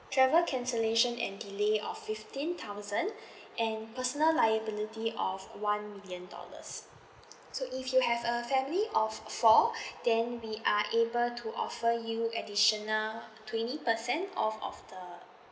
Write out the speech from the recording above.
travel cancellation and delay of fifteen thousand and personal liability of one million dollars so if you have a family of f~ four then we are able to offer you additional twenty percent off of the